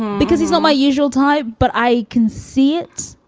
because he's not my usual type, but i can see it.